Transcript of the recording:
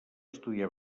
estudiar